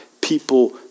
people